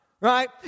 Right